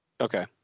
Okay